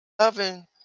loving